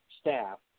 staff